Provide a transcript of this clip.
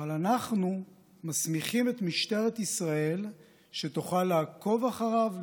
אבל אנחנו מסמיכים את משטרת ישראל שתוכל לעקוב אחריו,